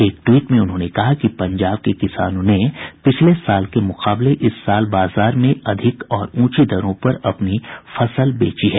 एक ट्वीट में उन्होंने कहा कि पंजाब के किसानों ने पिछले साल के मुकाबले इस साल बाजार में ज्यादा और ऊंची दरों पर अपनी फसलें बेची हैं